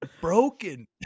broken